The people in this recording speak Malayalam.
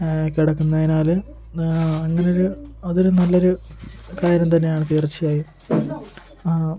കിടക്കുന്നതിനാല് അങ്ങനൊരു അതൊര് നല്ലൊര് കാര്യം തന്നെയാണ് തീർച്ചയായും